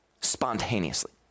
spontaneously